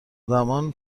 زمان